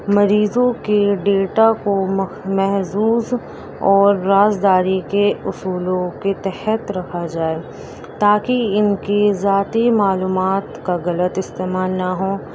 مریضوں کے ڈیٹا کو مخظ محظوظ اور رازداری کے اصولوں کے تحت رکھا جائے تاکہ ان کی ذاتی معلومات کا غلط استعمال نہ ہو